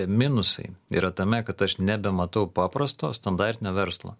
minusai yra tame kad aš nebematau paprasto standartinio verslo